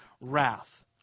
wrath